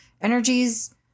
energies